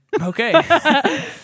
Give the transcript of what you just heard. Okay